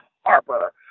Harper